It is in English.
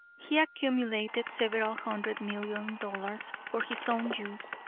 he accumulated several hundred million dollars for his own use.